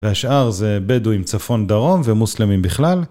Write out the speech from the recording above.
והשאר זה בדויים צפון דרום ומוסלמים בכלל.